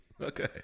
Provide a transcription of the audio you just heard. Okay